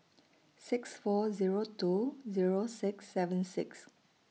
six four Zero two Zero six seven six